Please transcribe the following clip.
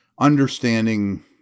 understanding